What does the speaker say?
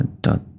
dot